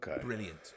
brilliant